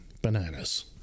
bananas